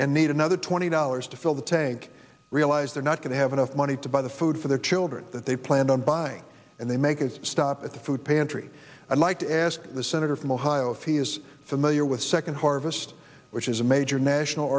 and need another twenty dollars to fill the tank realize they're not going to have enough money to buy the food for their children that they planned on buying and they make a stop at the food pantry i'd like to ask the senator from ohio if he is familiar with second harvest which is a major national